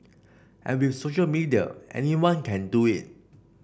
and with social media anyone can do it